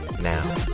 now